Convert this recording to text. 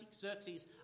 Xerxes